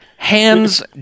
Hands